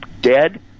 dead